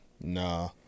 Nah